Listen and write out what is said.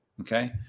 okay